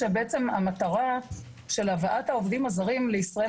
שבעצם המטרה של הבאת העובדים הזרים לישראל,